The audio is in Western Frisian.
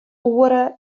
oere